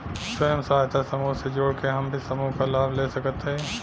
स्वयं सहायता समूह से जुड़ के हम भी समूह क लाभ ले सकत हई?